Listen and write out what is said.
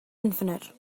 infinite